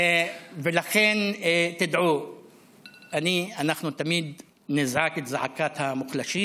ולכן, תדעו, אנחנו תמיד נזעק את זעקת המוחלשים,